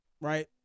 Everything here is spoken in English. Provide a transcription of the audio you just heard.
right